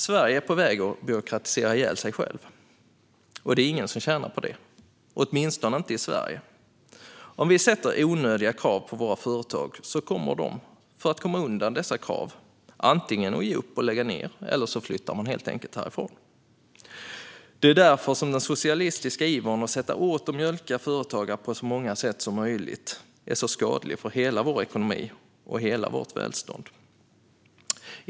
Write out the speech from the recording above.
Sverige är på väg att byråkratisera ihjäl sig, och det är ingen som tjänar på det, åtminstone inte i Sverige. Om vi ställer onödiga krav på våra företag kommer de för att komma undan dessa krav antingen att ge upp och lägga ned eller helt enkelt att flytta härifrån. Det är därför som den socialistiska ivern att sätta åt och mjölka företagare på så många sätt som möjligt är så skadlig för hela vår ekonomi och hela vårt välstånd.